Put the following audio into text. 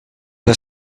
was